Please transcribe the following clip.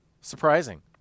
Surprising